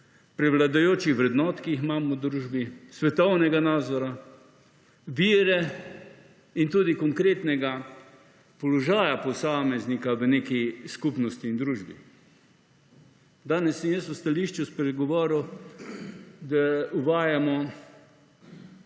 prevladujočih vrednot, ki jih imamo v družbi, svetovnega nazora, vere in tudi konkretnega položaja posameznika v neki skupnosti in družbi. Danes sem jaz v stališču spregovoril, da uvajamo